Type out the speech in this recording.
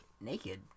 naked